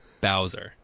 bowser